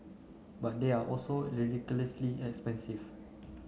but they are also ridiculously expensive